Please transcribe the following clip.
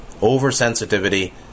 oversensitivity